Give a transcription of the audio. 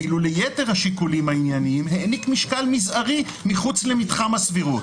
ואילו ליתר השיקולים הענייניים העניק משקל מזערי מחוץ למתחם הסבירות.